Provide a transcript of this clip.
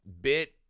bit